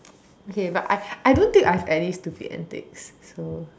okay but I I don't think I have any stupid antics so